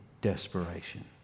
desperation